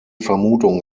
vermutung